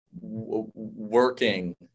working